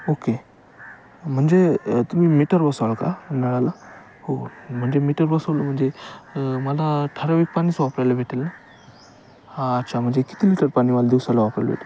okay म्हणजे तुम्ही meter बसवाल का नळाला हो म्हणजे मीटर बसवलं म्हणजे मला ठराविक पाणीच वापरायला भेटेल ना हां अच्छा म्हणजे किती लिटर पाणी मला दिवसाला वापरायला भेटेल